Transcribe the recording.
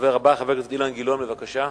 הדובר הבא, חבר הכנסת אילן גילאון, בבקשה.